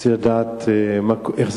רציתי לדעת איך זה